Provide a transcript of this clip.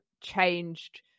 changed